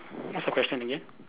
what's your question again